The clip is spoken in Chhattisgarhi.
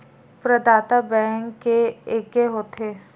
प्रदाता बैंक के एके होथे?